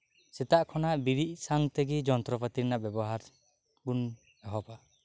ᱥᱮᱛᱟᱜ ᱠᱷᱚᱱᱟᱜ ᱵᱮᱨᱮᱫ ᱥᱟᱣᱛᱮᱜᱮ ᱡᱚᱱᱛᱨᱚ ᱯᱟᱹᱛᱤ ᱨᱮᱱᱟᱜ ᱵᱮᱵᱚᱦᱟᱨ ᱵᱚᱱ ᱮᱦᱚᱵᱟ